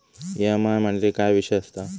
EMI म्हणजे काय विषय आसता?